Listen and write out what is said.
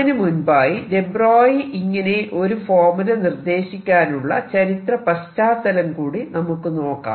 അതിനു മുൻപായി de Broglie ഇങ്ങനെ ഒരു ഫോർമുല നിർദ്ദേശിക്കാനുള്ള ചരിത്ര പശ്ചാത്തലം കൂടി നമുക്ക് നോക്കാം